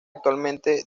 actualmente